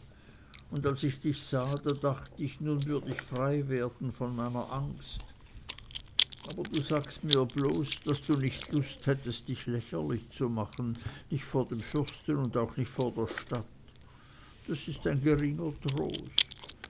und als ich dich sah da dacht ich nun würd ich frei werden von meiner angst aber du sagst mir bloß daß du nicht lust hättest dich lächerlich zu machen nicht vor dem fürsten und auch nicht vor der stadt das ist ein geringer trost